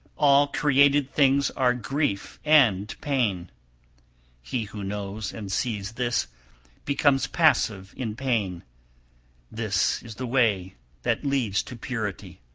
all created things are grief and pain he who knows and sees this becomes passive in pain this is the way that leads to purity.